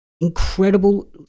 incredible